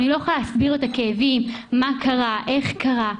אני לא יכולה להסביר את הכאבים ומה קרה ואיך קרה.